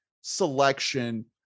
selection